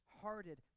hearted